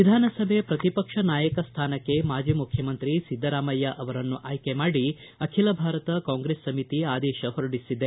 ವಿಧಾನಸಭೆ ಪ್ರತಿಪಕ್ಷ ನಾಯಕ ಸ್ಥಾನಕ್ಕೆ ಮಾಜಿ ಮುಖ್ಯಮಂತ್ರಿ ಸಿದ್ದರಾಮಯ್ಯ ಅವರನ್ನು ಆಯ್ಕೆ ಮಾಡಿ ಅಖಿಲ ಭಾರತ ಕಾಂಗ್ರೆಸ್ ಸಮಿತಿ ಆದೇಶ ಹೊರಡಿಸಿದೆ